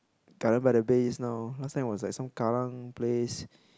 Garden by the Bay is now last time was like some Kallang place